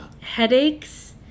Headaches